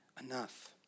enough